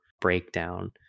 breakdown